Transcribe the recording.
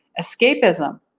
Escapism